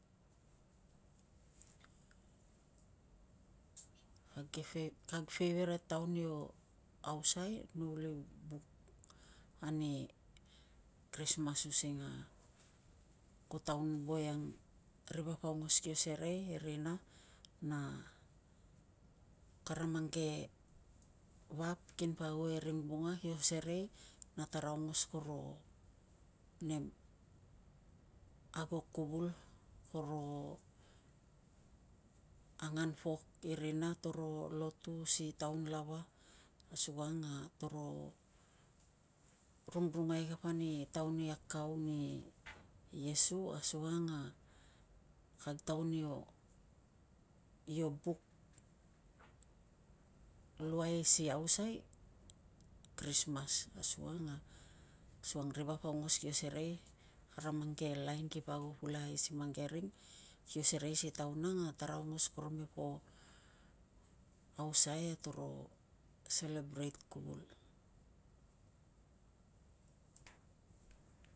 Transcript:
kag feiveret taun io ausai no uli buk ani krismas using ko taun voiang ri vap aungos kio serei e rina. Kara mang ke vap kinpa ago e ring vunga kio serei na tara aungos toro nem ago kuvul, koro angan pok i rina, toro lotu si taun lava asukang a toro rungrungai kapa ni taun i akau ani iesu. Asukang a kag taun io buk luai si ausai krismas asukang a asukang a ri vap kio serei, kara mang ke lain kipa ago pulakai si mang ke ring kio serei si taun ang a tara aungos taramepo ausai a tara selebreit kuvul.